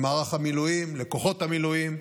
למערך המילואים, לכוחות המילואים,